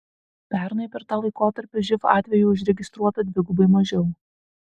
pernai per tą patį laikotarpį živ atvejų užregistruota dvigubai mažiau